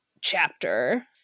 chapter